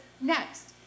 next